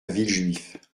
villejuif